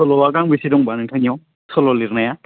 सल'आ गांबेसे दङबा नोंथांनियाव सल' लिरनाया